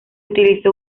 utilizó